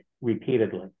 repeatedly